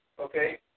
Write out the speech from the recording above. Okay